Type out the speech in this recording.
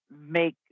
make